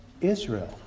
Israel